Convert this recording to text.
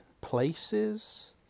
places